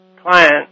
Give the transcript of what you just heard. client